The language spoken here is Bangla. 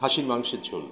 খাসির মাংসের ঝোল